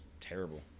terrible